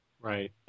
right